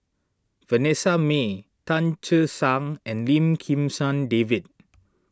Vanessa Mae Tan Che Sang and Lim Kim San David